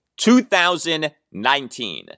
2019